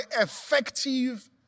effective